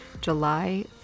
July